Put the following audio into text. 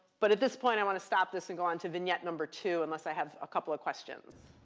but at this point, i want to stop this and go on to vignette number two, unless i have a couple of questions.